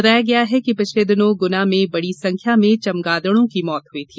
बताया गया है कि पिछले दिनों गुना में बड़ी संख्या में चमगादड़ों की मौत हुई थी